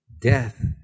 Death